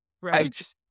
right